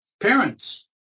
parents